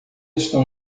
estão